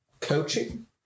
coaching